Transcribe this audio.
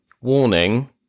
warning